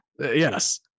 yes